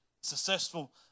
successful